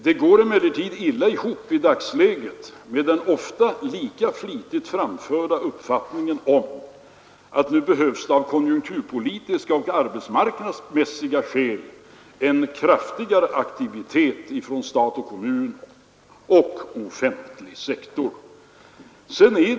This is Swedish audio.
Det rimmar emellertid i dagens läge illa med den ofta lika flitigt framförda uppfattningen att det nu av konjunkturpolitiska och arbetsmarknadsmässiga skäl behövs en kraftigare aktivitet från stat och kommun och offentlig sektor i övrigt.